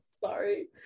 sorry